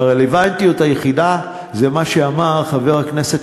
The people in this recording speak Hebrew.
הרלוונטיות היחידה היא מה שאמר חבר הכנסת